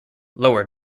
lower